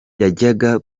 yajyaga